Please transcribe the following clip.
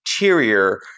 interior